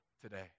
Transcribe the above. today